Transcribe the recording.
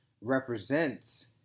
represents